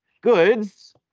goods